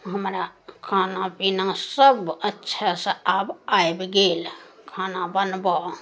हमरा खाना पीना सब अच्छा से आब आबि गेल खाना बनबऽ